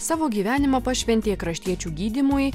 savo gyvenimą pašventė kraštiečių gydymui